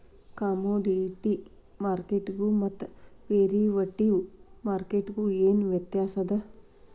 Commodity ಮಾರ್ಕೆಟ್ಗು ಮತ್ತ derivative ಮಾರ್ಕೆಟ್ಗು ಏನ್ ವ್ಯತ್ಯಾಸದ?